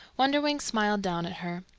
wonderwings smiled down at her.